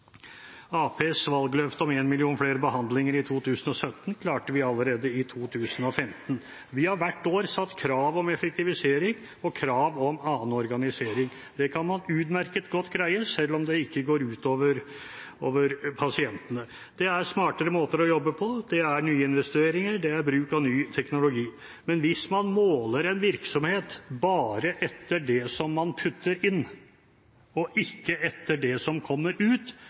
Arbeiderpartiets valgløfte om en million flere behandlinger i 2017 klarte vi allerede i 2015. Vi har hvert år satt krav om effektivisering og krav om annen organisering. Det kan man utmerket godt greie uten at det går ut over pasientene. Det er smartere måter å jobbe på, det er nye investeringer, det er bruk av ny teknologi, men hvis man måler en virksomhet bare etter det som man putter inn, og ikke etter det som kommer ut,